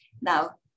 Now